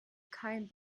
kein